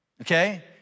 okay